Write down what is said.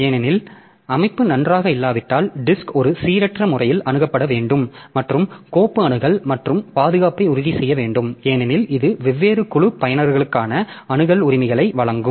ஏனெனில் அமைப்பு நன்றாக இல்லாவிட்டால் டிஸ்க் ஒரு சீரற்ற முறையில் அணுகப்பட வேண்டும் மற்றும் கோப்பு அணுகல் மற்றும் பாதுகாப்பை உறுதி செய்ய வேண்டும் ஏனெனில் இது வெவ்வேறு குழு பயனர்களுக்கான அணுகல் உரிமைகளை வழங்கும்